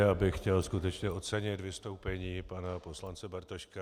Já bych chtěl skutečně ocenit vystoupení pana poslance Bartoška.